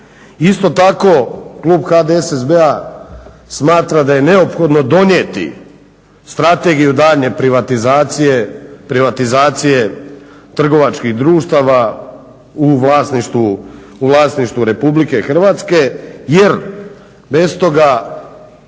Isto tako klub HDSSB-a smatra da je neophodno donijeti strategiju daljnje privatizacije trgovačkih društava u vlasništvu Republike Hrvatske jer bez toga